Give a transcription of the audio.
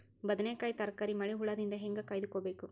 ಬದನೆಕಾಯಿ ತರಕಾರಿ ಮಳಿ ಹುಳಾದಿಂದ ಹೇಂಗ ಕಾಯ್ದುಕೊಬೇಕು?